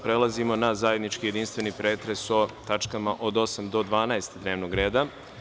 Prelazimo na zajednički jedinstveni pretres o tačkama od 8. do 12. dnevnog reda.